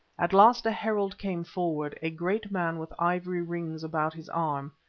at last a herald came forward, a great man with ivory rings about his arm,